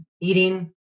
eating